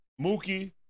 Mookie